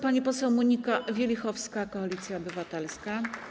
Pani poseł Monika Wielichowska, Koalicja Obywatelska.